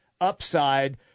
upside